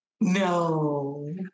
no